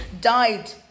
died